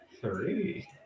Three